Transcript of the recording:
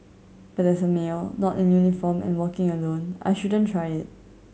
but as a male not in uniform and working alone I shouldn't try it